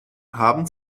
haben